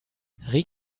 reg